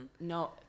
no